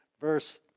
verse